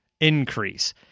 increase